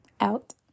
Out